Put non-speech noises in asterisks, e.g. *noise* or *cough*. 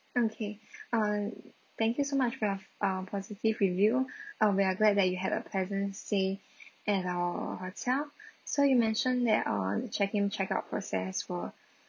okay *breath* um thank you so much for your uh positive review *breath* uh we are glad that you had a pleasant stay at our hotel *breath* so you mentioned that uh check in check out process were